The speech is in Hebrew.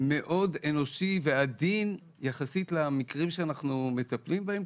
מאוד אנושי ועדין יחסית למקרים שאנחנו מטפלים בהם,